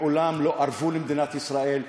מעולם לא ארבו למדינת ישראל,